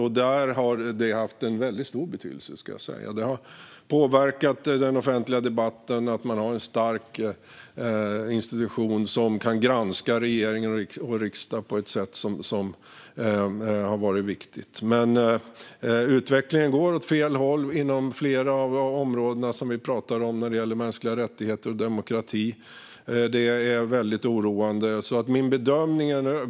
Det har haft stor betydelse. Det har påverkat den offentliga debatten att det finns en stark institution som kan granska regeringen och riksdagen på ett viktigt sätt. Utvecklingen går åt fel håll inom flera av områdena som vi talar om när det gäller mänskliga rättigheter och demokrati. Det är mycket oroande.